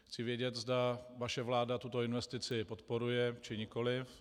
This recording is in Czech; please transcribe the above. Chci vědět, zda vaše vláda tuto investici podporuje, či nikoliv.